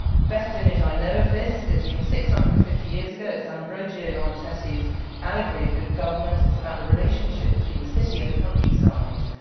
the best image i know of this is from six hundred and fifty years ago. it's ambrogio lorenzetti's allegory of good government. it's about the relationship between the city and the countryside.